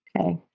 Okay